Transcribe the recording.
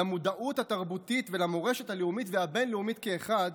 למודעות התרבותית ולמורשת הלאומית והבין-לאומית כאחד